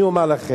אני אומר לכם.